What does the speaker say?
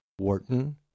Wharton